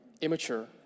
immature